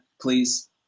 please